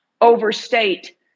overstate